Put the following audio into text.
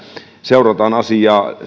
seurataan asiaa